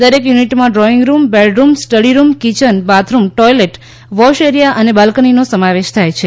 દરેક યુનિટમાં drawing room bedroom study room kitchen bathroom toilet wash area અને બાલ્કનીનો સમાવેશ થાય છે